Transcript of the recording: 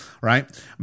right